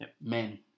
men